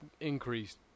increased